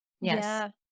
Yes